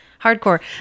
Hardcore